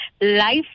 life